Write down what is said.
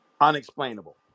Unexplainable